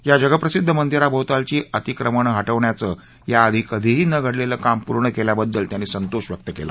या जगप्रसिद्ध मंदिराभोवतालची अतिक्रमण हटवण्याचं याआधी कधीही न घडलेलं काम पूर्ण केल्याबद्दल त्यांनी संतोष व्यक्त केला